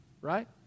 right